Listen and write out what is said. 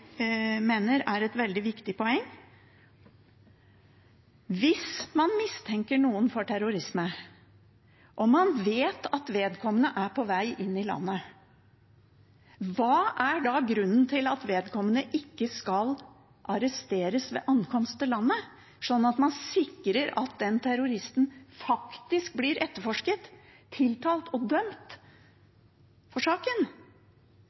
mener er et veldig viktig poeng. Hvis man mistenker noen for terrorisme, og man vet at vedkommende er på vei inn i landet, hva er da grunnen til at vedkommende ikke skal arresteres ved ankomst til landet, sånn at man sikrer at den terroristen faktisk blir etterforsket, tiltalt og dømt i saken?